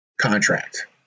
Contract